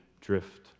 drift